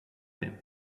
him